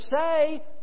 say